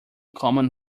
common